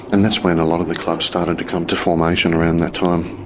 and that's when a lot of the clubs started to come to formation around that time.